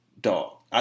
dog